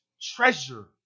treasure